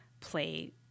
play